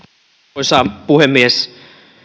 arvoisa puhemies